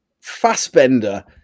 Fassbender